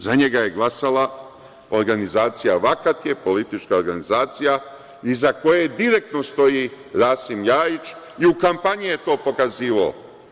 Za njega je glasala organizacija „Vakat je“ politička organizacija, iza koje direktno stoji Rasim LJajić, i u kampanji je to pokazivao.